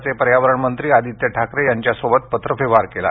राज्याचे पर्यावरणमंत्री आदित्य ठाकरे यांच्याशी पत्रव्यवहार केला